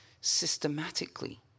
systematically